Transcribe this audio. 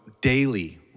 daily